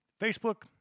Facebook